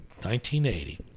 1980